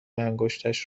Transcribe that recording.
انگشتش